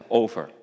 over